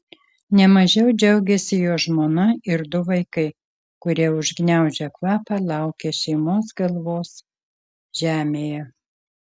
ne mažiau džiaugėsi jo žmona ir du vaikai kurie užgniaužę kvapą laukė šeimos galvos žemėje